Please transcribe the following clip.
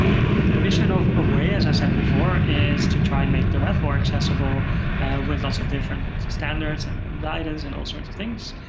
the mission of of wai, as i said before, is to try and make the web more accessible with lots of different standards and and guidance and all sorts of things.